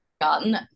gotten